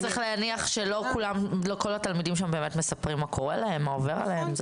לא כל התלמידים שם באמת מספרים הכול מה עובר עליהם.